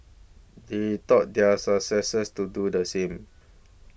he taught their successors to do the same